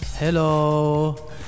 Hello